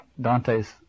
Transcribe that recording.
Dante's